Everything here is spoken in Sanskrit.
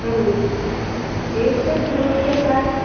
एतद्रूप्यक